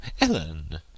Ellen